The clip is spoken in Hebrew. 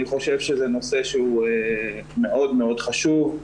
אני חושב שזה נושא שהוא מאוד מאוד חשוב.